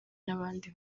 n’abandi